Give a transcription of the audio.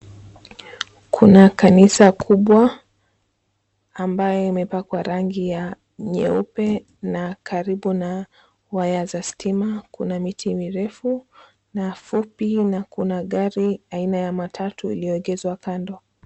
Kuna kanisa kubwa ambayo imepakwa rangi ya nyeupe na karibu na waya za stima, kuna miti mirefu na fupi na kuna gari aina ya matatu iliyoegezwa kando.